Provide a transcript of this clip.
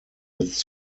jetzt